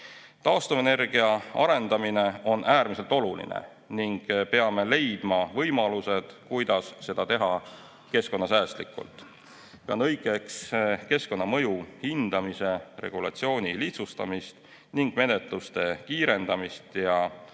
Taastuvenergia arendamine on äärmiselt oluline ning peame leidma võimalused, kuidas seda teha keskkonnasäästlikult. Pean õigeks keskkonnamõju hindamise regulatsiooni lihtsustamist ning menetluste kiirendamist.